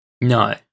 No